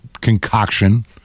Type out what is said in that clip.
concoction